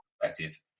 perspective